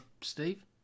Steve